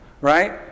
right